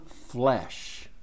flesh